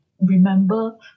remember